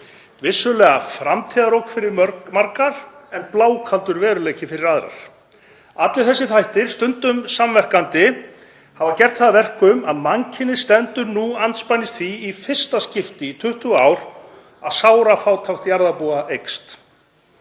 vissulega framtíðarógn fyrir margar en blákaldur veruleiki fyrir aðrar. Allir þessir þættir, stundum samverkandi, hafa gert það að verkum að mannkynið stendur nú andspænis því í fyrsta skipti í 20 ár að sárafátækt jarðarbúa eykst.